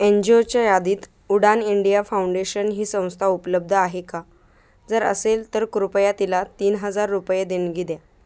N जी ओच्या यादीत उडान इंडिया फाउंडेशन ही संस्था उपलब्ध आहे का जर असेल तर कृपया तिला तीन हजार रुपये देणगी द्या